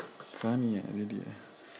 funny ah really ah